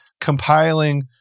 compiling